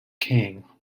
king